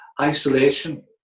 isolation